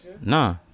Nah